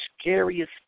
scariest